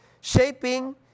Shaping